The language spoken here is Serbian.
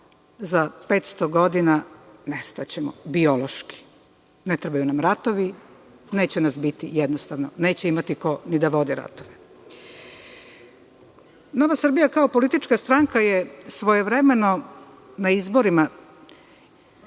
za 500 godina nestaćemo biološki. Ne trebaju nam ratovi, neće biti i neće imati ko ni da vodi ratove. Nova Srbija, kao politička stranka, je svojevremeno na izborima